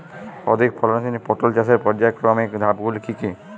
অধিক ফলনশীল পটল চাষের পর্যায়ক্রমিক ধাপগুলি কি কি?